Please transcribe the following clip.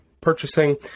purchasing